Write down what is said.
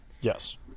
Yes